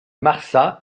marsa